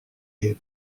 est